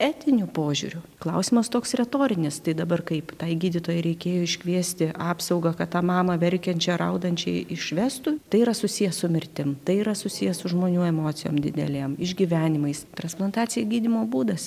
etiniu požiūriu klausimas toks retorinis tai dabar kaip tai gydytojai reikėjo iškviesti apsaugą kad tą mamą verkiančią raudančią išvestų tai yra susiję su mirtim tai yra susiję su žmonių emocijom didelėm išgyvenimais transplantacija gydymo būdas